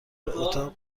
اتاق